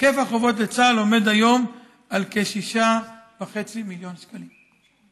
היקף החובות לצה"ל עומד כיום על כ-6.5 מיליון שקלים.